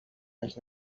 dels